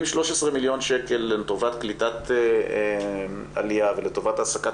אם 13 מיליון שקל לטובת קליטת עלייה ולטובת העסקת